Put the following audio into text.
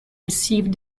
received